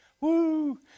Woo